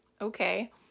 okay